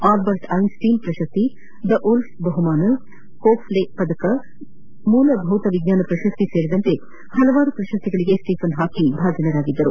Albert Einstein ಪ್ರಶಸ್ತಿ ದ Wolf ಬಹುಮಾನ ಕೋಪ್ತೆ ಪದಕ ಮೂಲಭೌತ ವಿಜ್ಞಾನ ಪ್ರಶಸ್ತಿ ಸೇರಿದಂತೆ ಹಲವಾರು ಪ್ರಶಸ್ತಿಗಳಿಗೆ ಸ್ತೀಫನ್ ಹಾಕಿಂಗ್ ಭಾಜನರಾಗಿದ್ದರು